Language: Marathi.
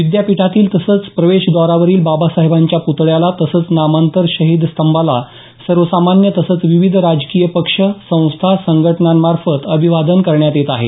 विद्यापीठातील तसंच प्रवेशद्वारावरील बाबासाहेबांच्या प्तळ्याला तसंच नामांतर शहीद स्तंभाला सर्वसामान्य तसंच विविध राजकीय पक्ष संस्था संघटनांतर्फे अभिवादन करण्यात येत आहे